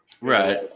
Right